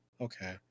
Okay